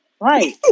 Right